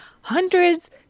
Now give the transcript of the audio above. hundreds